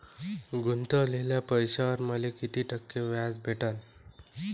गुतवलेल्या पैशावर मले कितीक टक्के व्याज भेटन?